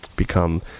become